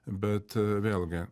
bet vėlgi